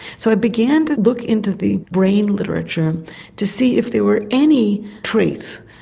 so i began to look into the brain literature to see if there were any traits,